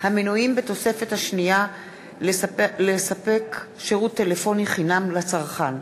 המנויים בתוספת השנייה לספק שירות טלפוני חינם לצרכן),